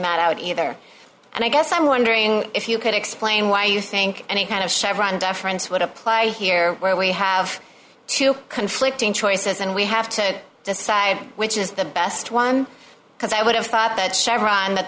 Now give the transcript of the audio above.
that out either and i guess i'm wondering if you could explain why you think any kind of chevron deference would apply here where we have two conflicting choices and we have to decide which is the best one because i would have thought that chevron